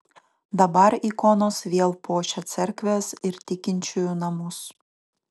dabar ikonos vėl puošia cerkves ir tikinčiųjų namus